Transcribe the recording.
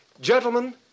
Gentlemen